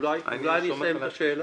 אולי אני אסיים את השאלה?